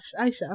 aisha